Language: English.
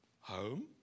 home